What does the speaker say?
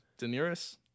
Daenerys